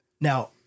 Now